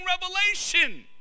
revelation